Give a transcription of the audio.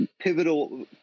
pivotal